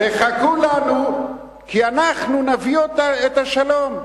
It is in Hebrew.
תחכו לנו, כי אנחנו נביא את השלום.